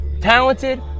talented